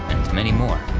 many more.